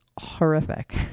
horrific